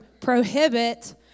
prohibit